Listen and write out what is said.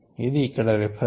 ఇది ఇక్కడ రిఫరెన్స్